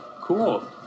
Cool